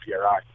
PRI